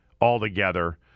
altogether